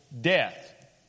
death